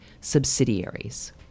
subsidiaries